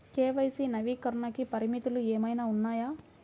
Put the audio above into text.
KYC నవీకరణకి పరిమితులు ఏమన్నా ఉన్నాయా?